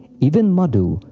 even madhu,